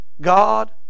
God